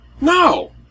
No